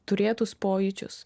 turėtus pojūčius